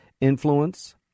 influence